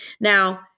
Now